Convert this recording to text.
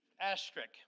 asterisk